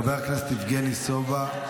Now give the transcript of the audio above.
חבר הכנסת יבגני סובה,